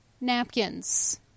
napkins